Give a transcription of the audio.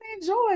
enjoy